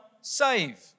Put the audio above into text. save